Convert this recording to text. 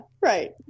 right